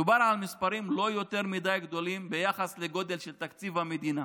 מדובר על מספרים לא יותר מדי גדולים ביחס לגודל של תקציב המדינה.